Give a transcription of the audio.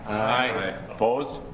i. opposed?